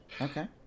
Okay